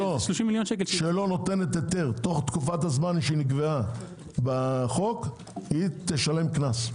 שלא נותנת היתר תוך תקופת הזמן שנקבעה בחוק תשלם קנס.